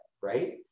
right